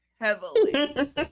Heavily